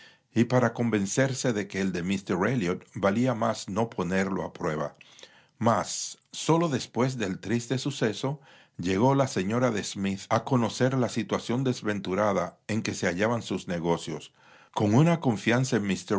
y para convencerse de que el de míster elliot valía más no ponerlo a prueba mas sólo después del triste suceso llegó la señora de smith a conocer la situación desventurada en que se hallaban sus negocios con una confianza